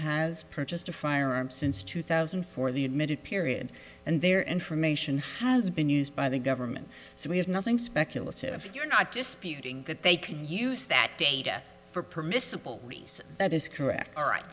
has purchased a firearm since two thousand and four the admitted period and their information has been used by the government so we have nothing speculative if you're not disputing that they can use that data for permissible research that is correct